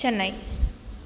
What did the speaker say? Chennai